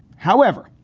however,